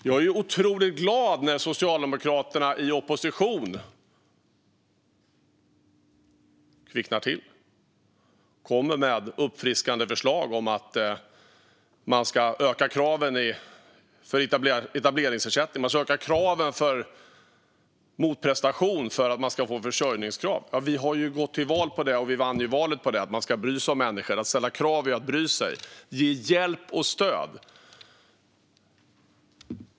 Jag är otroligt glad när Socialdemokraterna i opposition kvicknar till och kommer med uppfriskande förslag om att öka kraven för etableringsersättning och att öka kraven på motprestation för försörjningsstöd. Vi har gått till val, och vunnit valet, på att bry oss om människor. Att ställa krav är att bry sig, att ge hjälp och stöd.